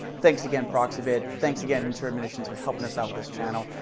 thanks again proxibid, thanks again ventura munitions, for helping us out with this channel,